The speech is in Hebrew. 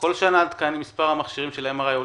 שנה עולה מספר מכשירי MRI?